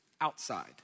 outside